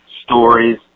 stories